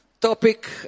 topic